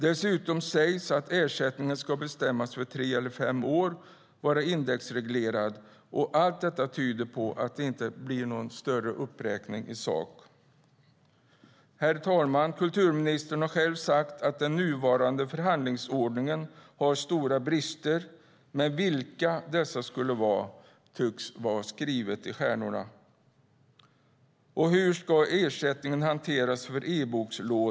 Dessutom sägs att ersättningen ska bestämmas för tre eller fem år och vara indexreglerad. Allt detta tyder på att det inte blir någon större uppräkning i sak. Herr talman! Kulturministern har själv sagt att den nuvarande förhandlingsordningen har stora brister. Men vilka dessa skulle vara tycks vara skrivet i stjärnorna. Hur ska ersättningen för e-bokslånen hanteras?